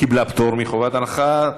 היא קיבלה פטור מחובת הנחה.